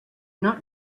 not